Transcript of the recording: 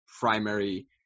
primary